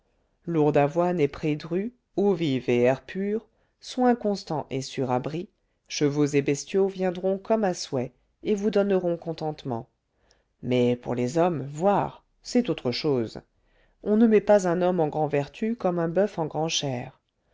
lourde avoine et pré dru eau vive et air pur soins constants et sûr abri chevaux et bestiaux viendront comme à souhait et vous donneront contentement mais pour les hommes voire c'est autre chose on ne met pas un homme en grand vertu comme un boeuf en